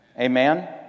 Amen